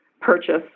purchase